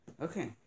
Okay